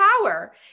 power